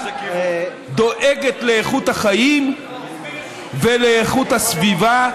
דואגת לאיכות החיים ולאיכות הסביבה,